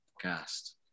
Cast